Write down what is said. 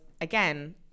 again